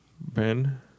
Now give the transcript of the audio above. Ben